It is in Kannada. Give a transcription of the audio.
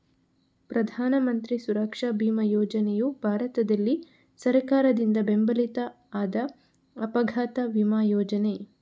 ಪ್ರಧಾನ ಮಂತ್ರಿ ಸುರಕ್ಷಾ ಬಿಮಾ ಯೋಜನೆಯು ಭಾರತದಲ್ಲಿ ಸರ್ಕಾರದಿಂದ ಬೆಂಬಲಿತ ಆದ ಅಪಘಾತ ವಿಮಾ ಯೋಜನೆ